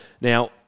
Now